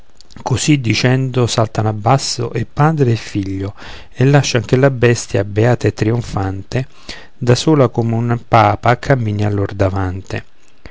così dicendo saltano abbasso e padre e figlio e lascian che la bestia beata e trionfante da sola come un papa cammini a lor davante